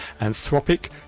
Anthropic